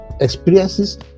experiences